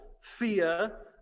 fear